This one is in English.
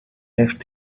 left